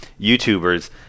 youtubers